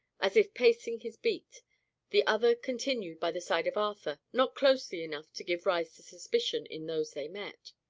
as if pacing his beat the other continued by the side of arthur not closely enough to give rise to suspicion in those they met.